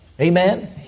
Amen